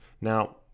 Now